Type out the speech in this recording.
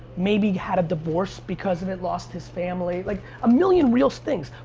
maybe had a divorce because of it, lost his family, like a million real things.